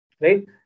Right